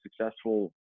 successful